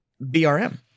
BRM